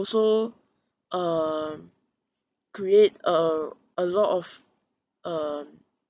also uh create uh a lot of uh